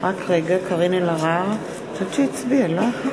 קארין אלהרר, אני חושבת שהיא הצביעה.